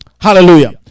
Hallelujah